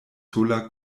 sola